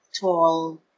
tall